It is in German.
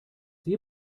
wir